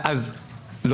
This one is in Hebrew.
אז הנה, עכשיו אני מסביר.